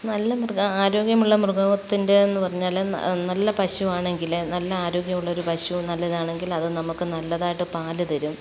നല്ല മൃഗം ആരോഗ്യമുള്ള മൃഗത്തിന്റെ എന്നു പറഞ്ഞാൽ നല്ല പശുവാണെങ്കിൽ നല്ല ആരോഗ്യമുള്ളൊരു പശു നല്ലതാണെങ്കിൽ അത് നമുക്ക് നല്ലതായിട്ട് പാല് തരും